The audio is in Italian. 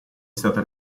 stata